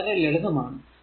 ഇത് വളരെ ലളിതമാണ്